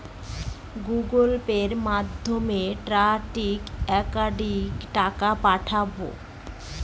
Google Pay মাধ্যমে trading একাউন্টে টাকা পাঠাবো?